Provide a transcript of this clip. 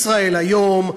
"ישראל היום",